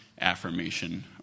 affirmation